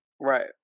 Right